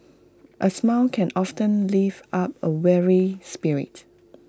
A smile can often lift up A weary spirit